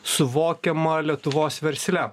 suvokiamą lietuvos versle